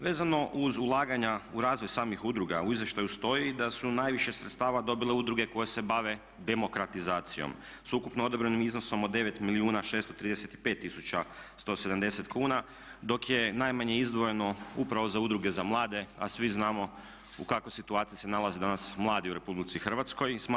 Vezano uz ulaganja u razvoj samih udruga u izvještaju stoji da su najviše sredstava dobile udruge koje se bave demokratizacijom s ukupno odobrenim iznosom od 9 milijuna 635 tisuća 170 kuna dok je najmanje izdvojeno upravo za udruge za mlade, a svi znamo u kakvoj situaciji se nalaze danas mladi u Republici Hrvatskoj.